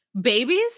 Babies